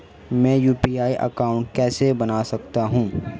मैं UPI account कैसे बना सकता हूं?